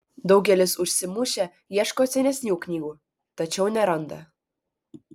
daugelis užsimušę ieško senesnių knygų tačiau neranda